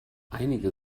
einige